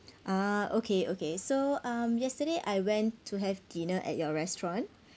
ah okay okay so um yesterday I went to have dinner at your restaurant